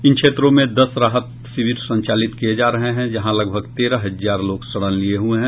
इन क्षेत्रों में दस राहत शिविर संचालित किये जा रहे जहां लगभग तेरह हजार लोग शरण लिये हुये हैं